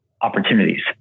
opportunities